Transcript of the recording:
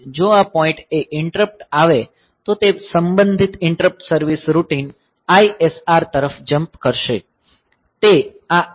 જો આ પોઈન્ટ એ ઈંટરપ્ટ આવે તો તે સંબંધિત ઈંટરપ્ટ સર્વીસ રૂટિન ISR તરફ જમ્પ કરશે